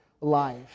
life